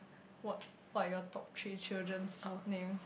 what why are your talk three children's names